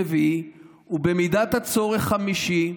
רביעי ובמידת הצורך חמישי,